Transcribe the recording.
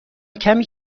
کمی